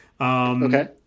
Okay